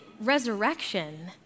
resurrection